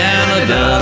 Canada